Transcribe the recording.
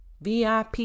VIP